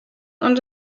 und